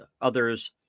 others